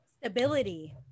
stability